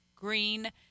green